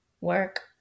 work